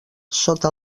sota